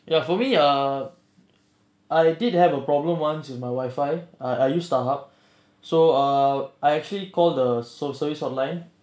ya for me ah I did have a problem once with my wifi ah I use starhub so uh I actually called the customer service online